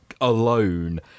alone